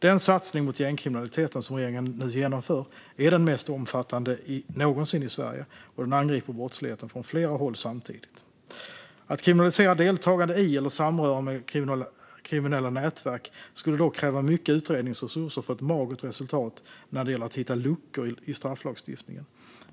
Den satsning mot gängkriminaliteten som regeringen nu genomför är den mest omfattande någonsin i Sverige, och den angriper brottsligheten från flera håll samtidigt. Att kriminalisera deltagande i eller samröre med kriminella nätverk skulle dock kräva mycket utredningsresurser för ett magert resultat när det gäller att hitta luckor i strafflagstiftningen.